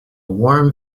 warm